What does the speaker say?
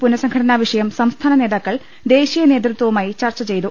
പുനസംഘടനാ വിഷയം സംസ്ഥാന നേതാക്കൾ ദേശീയ നേതൃത്വവുമായി ചർച്ച ചെയ്തു